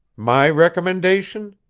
my recommendation?